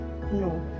No